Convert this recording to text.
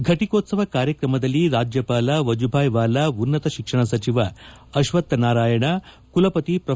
ಘಟಕೋತ್ಸವ ಕಾರ್ಯಕ್ರಮದಲ್ಲಿ ರಾಜ್ಯಪಾಲ ವಾಜುಬಾಯಿ ವಾಲಾ ಉನ್ನತ ಶಿಕ್ಷಣ ಸಚಿವ ಅಶ್ವಕ್ಷನಾರಾಯಣ ಕುಲಪತಿ ಪ್ರೊ